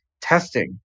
testing